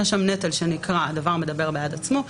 יש שם נטל שנקרא הדבר מדבר בעד עצמו,